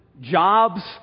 jobs